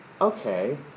Okay